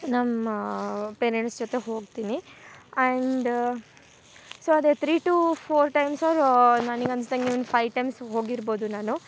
ನಮ್ಮ ಪೇರೆಂಟ್ಸ್ ಜೊತೆ ಹೋಗ್ತಿನಿ ಆ್ಯಂಡ್ ಸೊ ಅದೇ three two four times or ನನಗ್ ಅನಿಸ್ದಂಗೆ ಇವ್ನ್ ಫೈವ್ ಟೈಮ್ಸ್ ಹೋಗಿರ್ಬೌದು ನಾನು